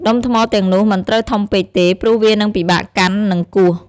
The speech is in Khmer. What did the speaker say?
ដុំថ្មទាំងនោះមិនត្រូវធំពេកទេ ព្រោះវានឹងពិបាកកាន់ និងគោះ។